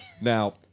Now